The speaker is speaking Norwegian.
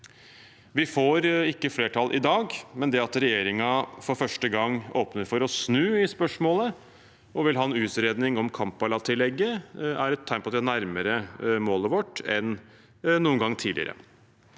Vi får ikke flertall i dag, men det at regjeringen for første gang åpner for å snu i spørsmålet og vil ha en utredning om Kampala-tillegget, er et tegn på at vi er nærmere målet vårt enn noen gang tidligere.